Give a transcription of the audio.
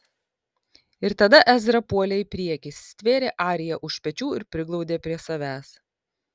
ir tada ezra puolė į priekį stvėrė ariją už pečių ir priglaudė prie savęs